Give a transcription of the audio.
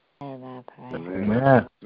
Amen